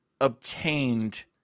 obtained